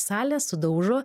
salės sudaužo